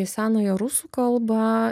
senąją rusų kalbą